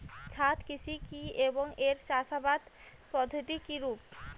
ছাদ কৃষি কী এবং এর চাষাবাদ পদ্ধতি কিরূপ?